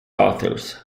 authors